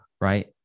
right